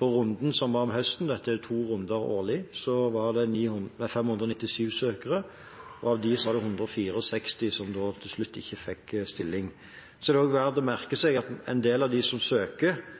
I runden som var om høsten – det er to runder årlig – var det 597 søkere, og av dem var det 164 som til slutt ikke fikk stilling. Så er det verdt å merke seg at en del av dem som søker,